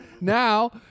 Now